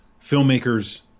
filmmakers